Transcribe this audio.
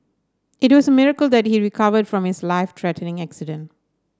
it was a miracle that he recovered from his life threatening accident